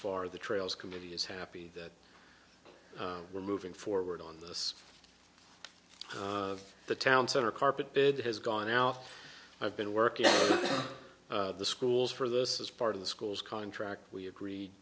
far the trails committee is happy that we're moving forward on this of the town center carpet bed has gone out i've been working on the schools for those as part of the school's contract we agreed